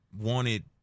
wanted